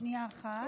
שנייה אחת.